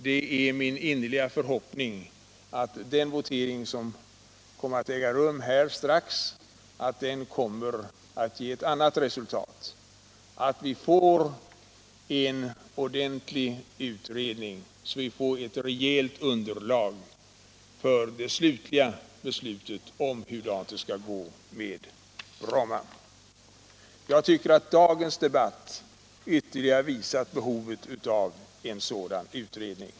Det är min innerliga förhoppning att den votering som strax kommer att äga rum skall ge ett annat resultat så att vi får en ordentlig utredning och ett rejält underlag för det slutliga beslutet om Bromma. Jag tycker att dagens debatt ytterligare har visat behovet av en sådan utredning.